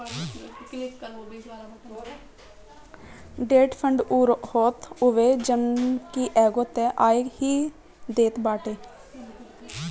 debt fund उ होत हवे जवन की एगो तय आय ही देत बाटे